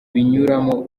binyuramo